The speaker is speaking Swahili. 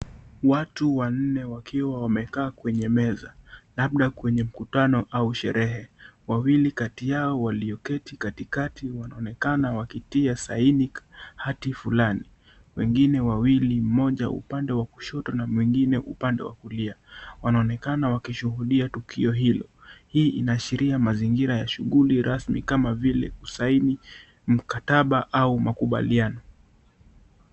Watu wanne wakiwa wamekaa kwenye meza, labda kwenye mkutano au sherehe. Wawili kati yao walioketi katikati wanaonekana wakitia saini hati flani. Wengine wawili, mmoja upande wa kushoto na mwengine upande wa kulia, wanaonekana wakishuhudia tukio hilo. Hii inaashiria mazingira ya shuguli rasmi kama vile kusaini mkataba au makubaliano.